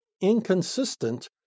inconsistent